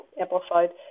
amplified